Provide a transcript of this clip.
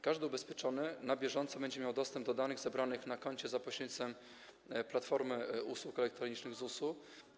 Każdy ubezpieczony na bieżąco będzie miał dostęp do danych zebranych na koncie za pośrednictwem Platformy Usług Elektronicznych ZUS.